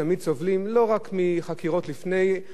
לא רק מחקירות לפני ההפגנות,